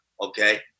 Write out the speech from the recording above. okay